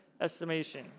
estimation